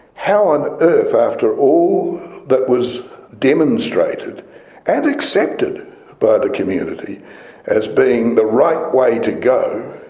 how on earth after all that was demonstrated and accepted by the community as being the right way to go,